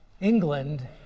England